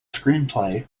screenplay